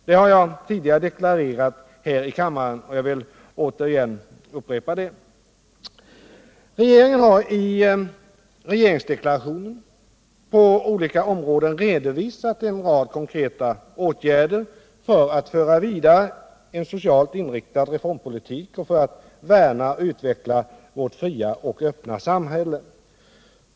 Det har jag tidigare deklarerat här i kammaren, och jag vill återigen upprepa det. Regeringen har i regeringsdeklarationen på olika områden redovisat en rad konkreta åtgärder för att föra vidare en socialt inriktad reformpolitik och för att värna och utveckla vårt fria och öppna samhälle.